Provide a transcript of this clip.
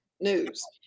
News